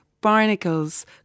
barnacles